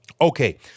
Okay